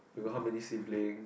you got how many siblings